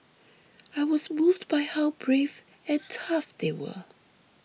I was moved by how brave and tough they were